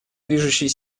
движущей